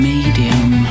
Medium